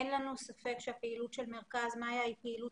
אין לנו ספק שהפעילות של מרכז 'מאיה' היא פעילות